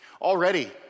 Already